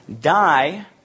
die